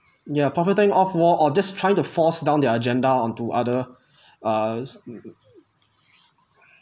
ya profiting off war or just trying to force down their agenda onto other uh mm